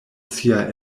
sia